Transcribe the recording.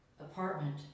Apartment